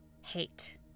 hate